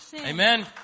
Amen